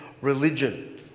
religion